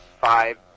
five